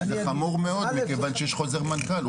זה חמור מאוד מכיוון שיש חוזר מנכ"ל.